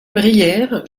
brière